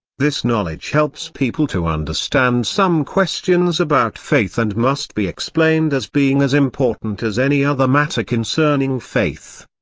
this knowledge helps people to understand some questions about faith and must be explained as being as important as any other matter concerning faith.